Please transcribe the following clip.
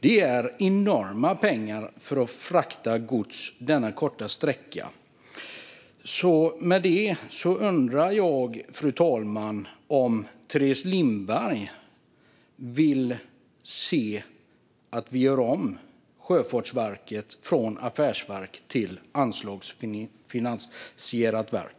Det är enorma pengar för att frakta gods denna korta sträcka. Med det sagt, fru talman, undrar jag om Teres Lindberg vill se att vi gör om Sjöfartsverket från affärsverk till anslagsfinansierat verk.